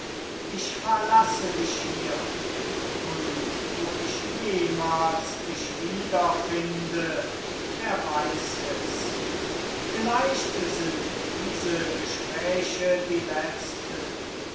ich verlasse dich hier und wo ich jemals dich wieder finde wer weiß es vielleicht sind diese gespräche die letzten